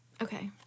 Okay